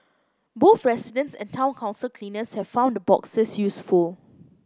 both residents and town council cleaners have found the boxes useful